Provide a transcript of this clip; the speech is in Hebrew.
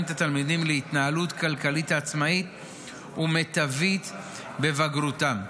את התלמידים להתנהלות כלכלית עצמאית ומיטבית בבגרותם.